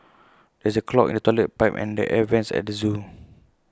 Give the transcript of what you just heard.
there is A clog in the Toilet Pipe and the air Vents at the Zoo